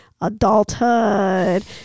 adulthood